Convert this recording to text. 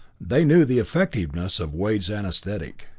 they knew the effectiveness of wade's anesthetic.